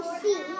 see